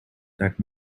that